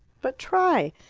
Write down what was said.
but try.